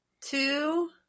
Two